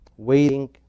waiting